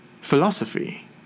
philosophy